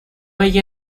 ella